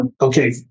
okay